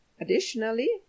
additionally